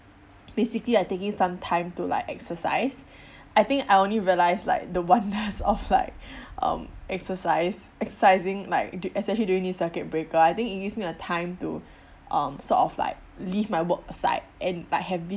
basically I taking some time to like exercise I think I only realise like the wonders of like um exercise exercising like to especially during this circuit breaker I think it gives me a time to um sort of like leave my work aside and like have this